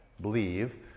believe